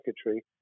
secretary